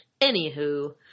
Anywho